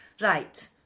Right